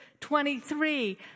23